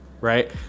right